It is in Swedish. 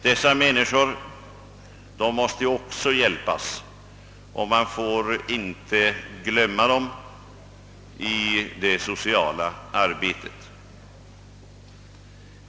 Dessa människor måste ju också hjälpas, man får inte glömma dem i det sociala arbetet.